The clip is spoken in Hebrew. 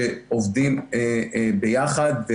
שעובדים ביחד.